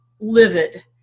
livid